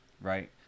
right